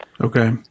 Okay